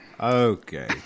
Okay